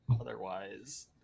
otherwise